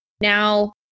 now